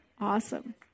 awesome